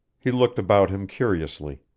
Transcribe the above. he looked about him curiously.